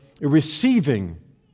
receiving